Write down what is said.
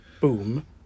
boom